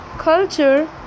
culture